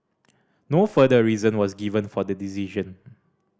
no further reason was given for the decision